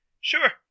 sure